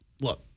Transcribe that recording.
look